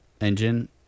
engine